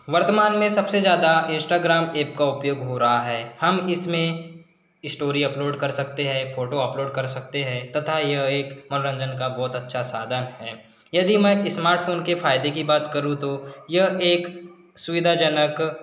वर्तमान में सबसे ज़्यादा इंस्टाग्राम एप का उपयोग हो रहा है हम इसमें स्टोरी अपलोड कर सकते हैं फोटो अपलोड कर सकते हैं तथा यह एक मनोरंजन का बहुत अच्छा साधन है यदि मैं स्मार्टफ़ोन की फायदे कि बात करूँ तो यह एक सुविधाजनक